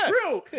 true